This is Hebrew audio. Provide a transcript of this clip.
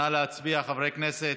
נא להצביע, חברי הכנסת.